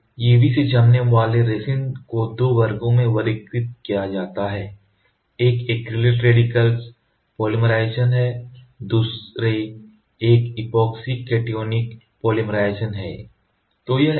तो UV से जमने वाले रेजिन को दो वर्गों में वर्गीकृत किया जाता है एक एक्रिलेट रेडिकल पॉलीमराइज़ेशन है दूसरे एक epoxy cationic पॉलीमराइज़ेशन है